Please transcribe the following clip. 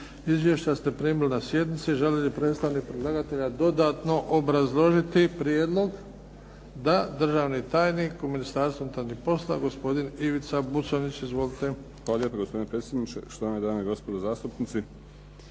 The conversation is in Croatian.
Izvješća ste primili na sjednici. Želi li predstavnik predlagatelja dodatno obrazložiti prijedlog? Da. Državni tajnik u Ministarstvu unutarnjih poslova, gospodin Ivica Buconjić. Izvolite. **Buconjić, Ivica (HDZ)** Hvala lijepo gospodine predsjedniče, štovane dame i gospodo zastupnici.